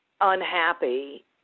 unhappy